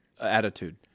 attitude